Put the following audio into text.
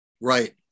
Right